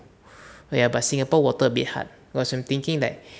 oh ya but singapore water a bit hard was thinking that